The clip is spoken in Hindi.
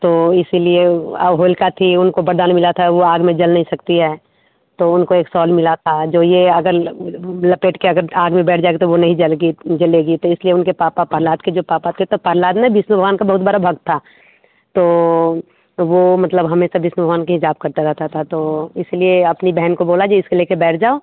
तो इसीलिए और होलिका थी उनको वरदान मिला था वह आग में जल नहीं सकती है तो उनको एक सॉल मिला था जो यह अगर लपट के अगर आग में बैठ जाएगी तो वह नहीं जलेगी जलेगी तो इसलिए उनके पापा प्रहलाद के जो पापा थे तो प्रहलाद ने बिष्णु भगवान का बहुत बड़ा भगत था तो तो वह मतलब हमेशा बिष्णु भगवान की जाप करता रहता था तो इसलिए अपनी बहन को बोला जे इसके ले कर बैठ जाओ